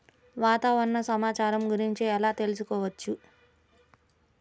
వాతావరణ సమాచారం గురించి ఎలా తెలుసుకోవచ్చు?